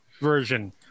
version